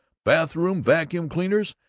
bathrooms vacuum cleaners,